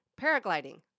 paragliding